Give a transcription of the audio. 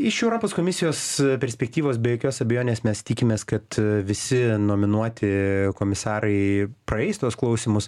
iš europos komisijos perspektyvos be jokios abejonės mes tikimės kad visi nominuoti komisarai praeis tuos klausymus